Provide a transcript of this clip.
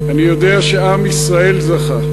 אני יודע שעם ישראל זכה.